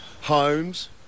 homes